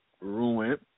ruined